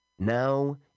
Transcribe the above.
Now